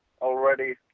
already